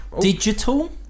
digital